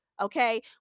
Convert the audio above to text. Okay